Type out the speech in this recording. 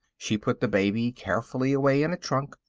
she put the baby carefully away in a trunk,